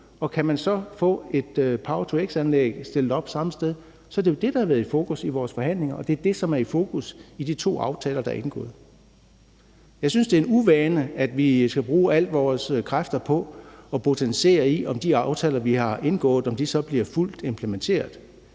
og kan man så få et power-to-x-anlæg stillet op samme sted, er det jo det, der har været i fokus i vores forhandlinger, og det er det, som er i fokus i de to aftaler, der er indgået. Jeg synes, det er en uvane, at vi skal bruge alle vores kræfter på at botanisere i, om de aftaler, vi har indgået, så bliver fuldt implementeret.